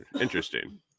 Interesting